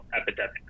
epidemic